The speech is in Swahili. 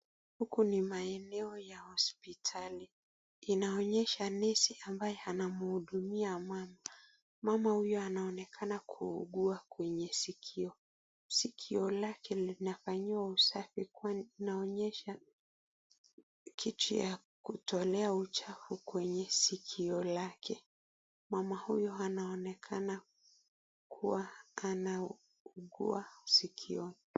Huku ni maeneo ya hosipitali. Inaonyesha nesi ambaye anamhudumia mama. Mama huyo anaonekana kuugua kwenye sikio. Sikio lake linafanyiwa usafi kwani linaonyesha kitu ya kutolea uchafu kwenye sikio lake. Mama huyo anaonekana kua anaugua sikioni.